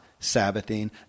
Sabbathing